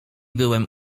byłem